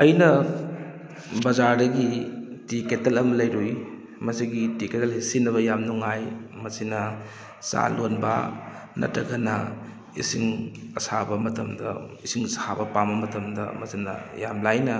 ꯑꯩꯅ ꯕꯥꯖꯥꯔꯗꯒꯤ tea kettle ꯑꯃ ꯂꯩꯔꯨꯏ ꯃꯁꯤꯒꯤ ꯇꯤ ꯀꯔꯂꯦ ꯁꯤꯖꯤꯟꯅꯕ ꯌꯥꯝꯅ ꯅꯨꯡꯉꯥꯏ ꯃꯁꯤꯅ ꯆꯥ ꯂꯣꯟꯕ ꯅꯠꯇ꯭ꯔꯒꯅ ꯏꯁꯤꯡ ꯑꯁꯥꯕ ꯃꯇꯝꯗ ꯏꯁꯤꯡ ꯑꯁꯥꯕ ꯄꯥꯝꯕ ꯃꯇꯝꯗ ꯃꯁꯤꯅ ꯌꯥꯝꯅ ꯂꯥꯏꯅ